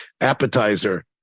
appetizer